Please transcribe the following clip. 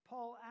Paul